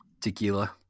Tequila